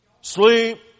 Sleep